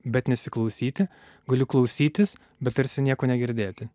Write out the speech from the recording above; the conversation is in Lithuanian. bet nesiklausyti galiu klausytis bet tarsi nieko negirdėti